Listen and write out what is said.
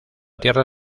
tierra